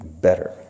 better